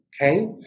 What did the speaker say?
okay